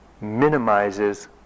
minimizes